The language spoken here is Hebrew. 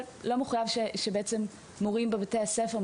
אבל לא מחויב שמורים בבתי ספר,